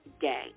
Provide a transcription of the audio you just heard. gang